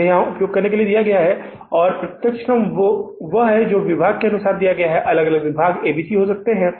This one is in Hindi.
यह यहां उपयोग करने के लिए दिया गया है और प्रत्यक्ष श्रम वह है जो विभाग के अनुसार दिया गया है अलग अलग विभाग ए बी और सी हो सकते हैं